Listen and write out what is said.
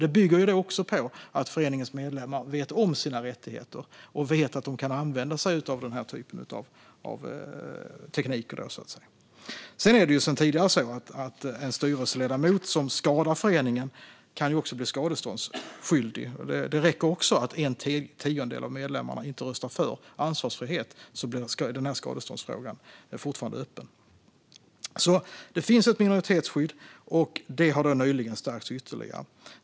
Det bygger dock på att föreningens medlemmar vet om sina rättigheter och vet att de kan använda sig av den här typen av tekniker. Sedan tidigare är det så att en styrelseledamot som skadar föreningen kan bli skadeståndsskyldig. Det räcker med att en tiondel av medlemmarna inte röstar för ansvarsfrihet för att skadeståndsfrågan fortfarande ska vara öppen. Det finns alltså ett minoritetsskydd, och detta har nyligen stärkts ytterligare.